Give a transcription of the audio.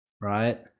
right